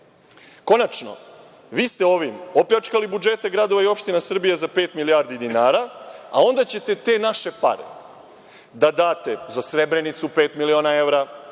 sednicu. Konačno, vi ste ovim opljačkali budžete gradova i opština Srbije za pet milijardi dinara, a onda ćete te naše pare da date, za Srebrenicu pet miliona evra,